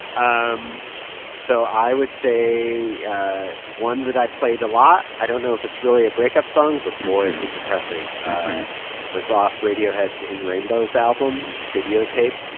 um so i would say ah one that i played a lot i don't know if it's really a breakup song, but, boy, is it depressing was off radiohead's in rainbows album videotape.